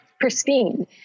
pristine